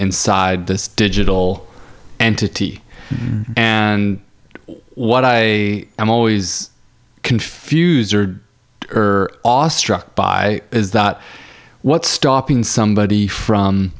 inside this digital entity and what i am always confuse or austrac by is that what's stopping somebody from